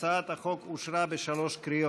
הצעת חוק משק הדלק (קידום התחרות)